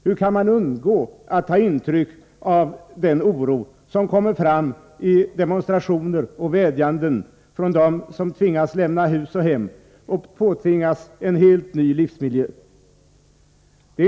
Hur kan man undgå att ta intryck av den oro som kommer fram i demonstrationer och vädjanden från dem som tvingas lämna hus och hem och påtvingas en helt ny livsmiljö?